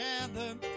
together